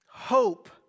Hope